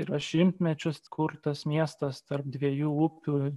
yra šimtmečius kurtas miestas tarp dviejų upių